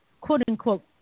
quote-unquote